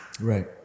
Right